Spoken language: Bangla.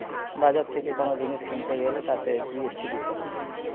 বাজার থেকে কোন জিনিস কিনতে গ্যালে তাতে জি.এস.টি দিতে হয়